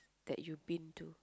that you been to